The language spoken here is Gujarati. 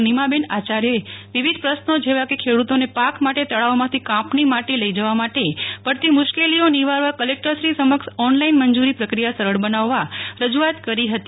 નીમાબેન આચાર્યે વિવિધ પ્રશ્નો જેવા કે ખેડૂતોને પાક માટે તળાવમાંથી કાંપની માટી લઇ જવા માટે પડતી મુશ્કેલીઓ નિવારવા કલેકટરશ્રી સમક્ષ ઓનલાઇન મંજુરી પ્રક્રિયા સરળ બનાવવા રજુઆત કરી હતી